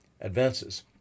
Advances